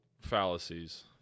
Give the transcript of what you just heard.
fallacies